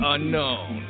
Unknown